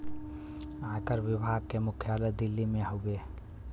आयकर विभाग के मुख्यालय दिल्ली में हउवे